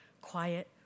quiet